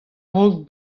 raok